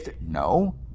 No